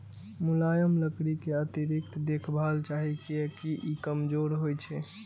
मुलायम लकड़ी कें अतिरिक्त देखभाल चाही, कियैकि ई कमजोर होइ छै